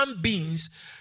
beings